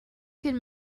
can